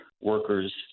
workers